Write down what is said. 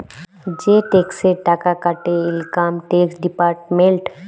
যে টেকসের টাকা কাটে ইলকাম টেকস ডিপার্টমেল্ট